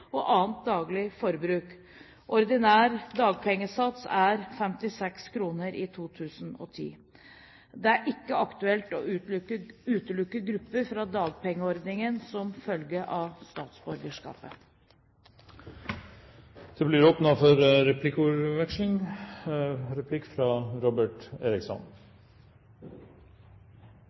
og annet daglig forbruk. Ordinær dagpengesats er 56 kr i 2010. Det er ikke aktuelt å utelukke grupper fra dagpengeordningen som følge av statsborgerskap. Det blir replikkordskifte. Bare for